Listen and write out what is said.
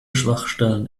schwachstellen